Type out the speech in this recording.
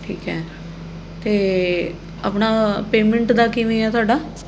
ਠੀਕ ਹੈ ਅਤੇ ਆਪਣਾ ਪੇਮੈਂਟ ਦਾ ਕਿਵੇਂ ਹੈ ਤੁਹਾਡਾ